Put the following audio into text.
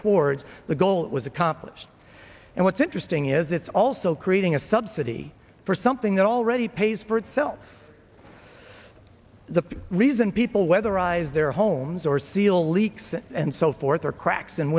towards the goal was accomplished and what's interesting is it's also creating a subsidy for something that already pays for itself the reason people weatherize their homes or seal leaks and so forth or cracks and